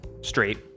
straight